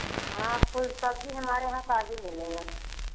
हाँ फुल सब्ज़ी हमारे यहाँ ताजी मिलेगी